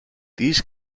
these